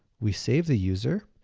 we save the user.